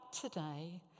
today